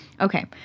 Okay